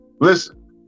Listen